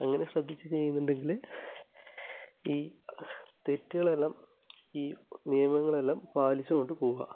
അങ്ങനെ ശ്രദ്ധിച്ചു ചെയ്യുന്നുണ്ടെങ്കിൽ ഈ തെറ്റുകളെല്ലാം ഈ നിയമങ്ങളെല്ലാം പാലിച്ചു കൊണ്ട് പോവുക